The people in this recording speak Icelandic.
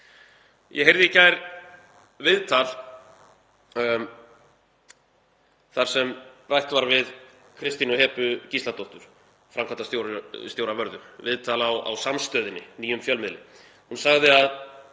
Ég heyrði í gær viðtal þar sem rætt var við Kristínu Hebu Gísladóttur, framkvæmdastjóra Vörðu, viðtal á Samstöðunni, nýjum fjölmiðli. Hún sagði að